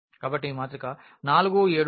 కాబట్టి 4 7 9